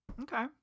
Okay